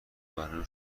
برنامه